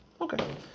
Okay